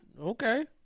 Okay